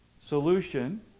solution